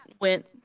went